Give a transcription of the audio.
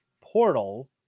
Portal